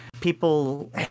People